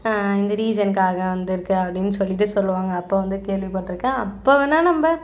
இந்த ரீசன்காக வந்திருக்கு அப்படின்னு சொல்லிவிட்டு சொல்லுவாங்க அப்போ வந்து கேள்விப்பட்டுருக்கேன் அப்போ வேணா நம்ப